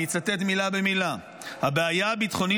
אצטט מילה במילה: "הבעיה הביטחונית